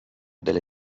delle